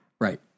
Right